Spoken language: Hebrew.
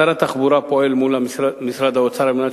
שר התחבורה פועל מול משרד האוצר על מנת